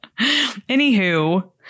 Anywho